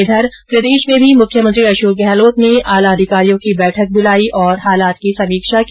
इधर प्रदेश में भी मुख्यमंत्री अशोक गहलोत ने आला अधिकारियों की बैठक बुलाई और हालात की समीक्षा की